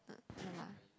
ya